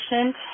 patient